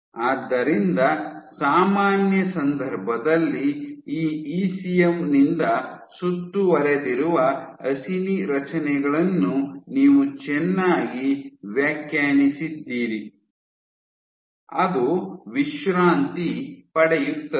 ಆದ್ದರಿಂದ ಸಾಮಾನ್ಯ ಸಂದರ್ಭದಲ್ಲಿ ಈ ಇಸಿಎಂ ನಿಂದ ಸುತ್ತುವರೆದಿರುವ ಅಸಿನಿ ರಚನೆಗಳನ್ನು ನೀವು ಚೆನ್ನಾಗಿ ವ್ಯಾಖ್ಯಾನಿಸಿದ್ದೀರಿ ಅದು ವಿಶ್ರಾಂತಿ ಪಡೆಯುತ್ತದೆ